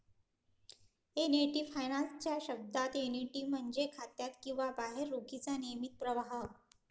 annuity finance च्या शब्दात, annuity म्हणजे खात्यात किंवा बाहेर रोखीचा नियमित प्रवाह